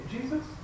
Jesus